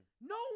No